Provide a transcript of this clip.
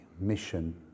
mission